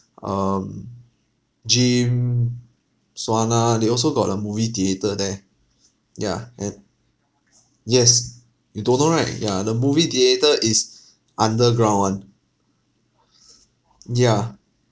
um gym sauna they also got a movie theatre there yeah and yes you don't know right ya the movie theater is underground [one] mm yeah